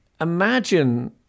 imagine